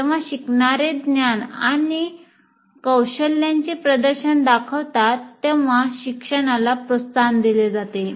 जेव्हा शिकणारे ज्ञान आणि कौशल्याचे प्रदर्शन दाखवतात तेव्हा शिक्षणाला प्रोत्साहन दिले जाते